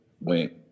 went